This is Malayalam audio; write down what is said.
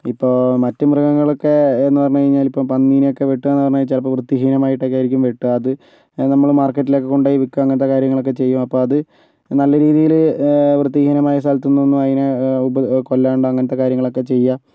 ഇപ്പോൾ മറ്റു മൃഗങ്ങളൊക്കെ എന്നു പറഞ്ഞു കഴിഞ്ഞാലിപ്പം പന്നീനെയൊക്കെ വെട്ടുകയ്യെന്നു പറഞ്ഞാൽ ചിലപ്പം വൃത്തിഹീനമൊക്കെയായിട്ടായിരിക്കും വെട്ടുക അത് നമ്മൾ മാർക്കറ്റിലൊക്കെ കൊണ്ടുപോയി വിൽക്കുക അങ്ങനത്തെ കാര്യങ്ങളൊക്കെ ചെയ്യും അപ്പോൾ അത് നല്ല രീതിയിൽ വൃത്തിഹീനമായ സ്ഥലത്തിനൊന്നും അതിനെ ഉപ കൊല്ലാണ്ട് അങ്ങനത്തെ കാര്യങ്ങളൊക്കെ ചെയ്യുക